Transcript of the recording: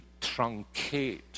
truncate